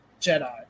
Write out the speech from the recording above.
Jedi